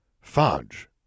Fudge